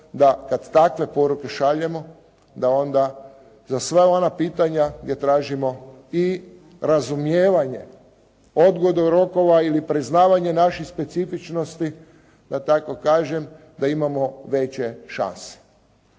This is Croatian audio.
da kad takve poruke šaljemo da onda za sva ona pitanja gdje tražimo i razumijevanje, odgodu rokova ili priznavanje naših specifičnosti, da tako kažem, da imamo veće šanse.